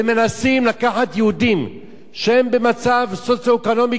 ומנסים לקחת יהודים שהם במצב סוציו-אקונומי